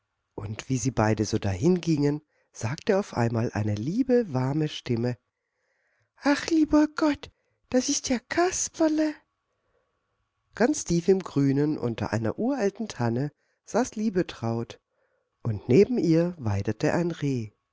und wie sie beide so dahingingen sagte auf einmal eine liebe warme stimme ach lieber gott das ist ja kasperle ganz tief im grünen unter einer uralten tanne saß liebetraut und neben ihr weidete ein reh